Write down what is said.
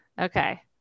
Okay